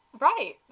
Right